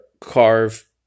carve